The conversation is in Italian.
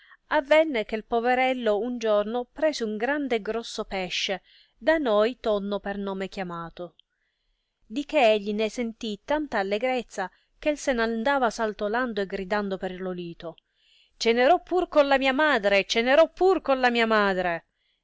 avenne che poverello un giorno prese un grande e grosso pesce da noi tonno per nome chiamato di che egli ne sentì tanta allegrezza che se n'andava saltoladdo e gridando per lo lito cenerò pur con la mia madre cenerò pur con la mia madre